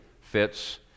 fits